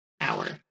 hour